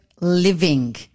living